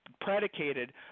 predicated